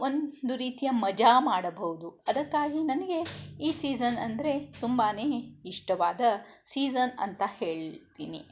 ಒಂದು ರೀತಿಯ ಮಜಾ ಮಾಡಬಹುದು ಅದಕ್ಕಾಗಿ ನನಗೆ ಈ ಸೀಝನ್ ಅಂದರೆ ತುಂಬಾ ಇಷ್ಟವಾದ ಸೀಝನ್ ಅಂತ ಹೇಳ್ತೀನಿ